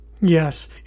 Yes